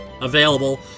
available